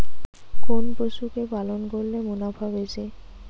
কোন পশু কে পালন করলে মুনাফা বেশি?